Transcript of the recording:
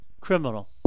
Criminal